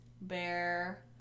bear